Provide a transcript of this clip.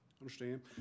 Understand